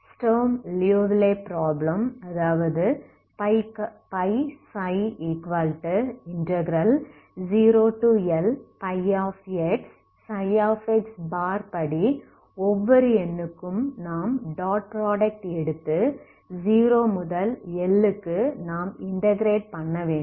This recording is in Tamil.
ஸ்டர்ம் லியோவிலே ப்ராப்ளம்ϕψ ∶ 0Lxψ படி ஒவ்வொரு n க்கும் நாம் டாட் ப்ராடக்ட் எடுத்து 0 முதல் L க்கு நாம் இன்டகிரேட் பண்ணவேண்டும்